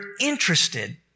interested